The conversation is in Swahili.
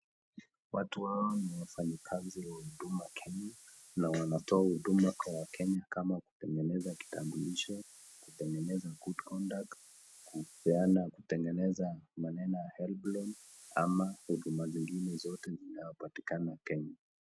Watu hawa ni wafanyikazi wa huduma Kenya, na wanatoa huduma kwa wakenya kama kutengeneza kitambulisho, kutengeneza good conduct, kutengeneza, kupeana maneno ya helb loan ama huduma zingine zote zinapatikana Kenya.